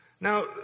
Now